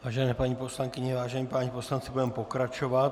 Vážené paní poslankyně, vážení páni poslanci, budeme pokračovat.